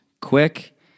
quick